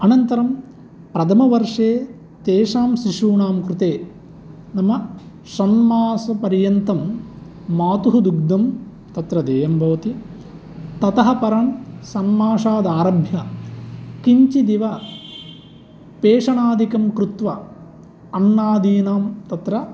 अनन्तरं प्रथमवर्षे तेषां शिशूनां कृते नाम षण्मासपर्यन्तं मातुः दुग्धं तत्र देयं भवति ततःपरं षण्मासादारभ्य किञ्चिदेव पेषणादिकं कृत्वा अन्नादीनां तत्र